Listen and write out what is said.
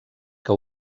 que